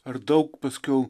ar daug paskiau